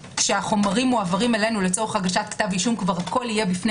שכשהחומרים מועברים אלינו לצורך הגשת כתב אישום הכול יהיה בפני